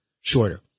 shorter